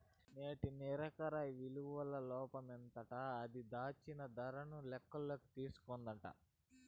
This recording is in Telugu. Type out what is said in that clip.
నేటి నికర ఇలువల లోపమేందంటే అది, దాచిన దరను లెక్కల్లోకి తీస్కోదట